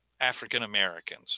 african-americans